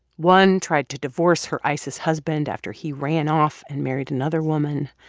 one tried to divorce her isis husband after he ran off and married another woman.